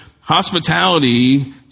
hospitality